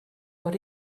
but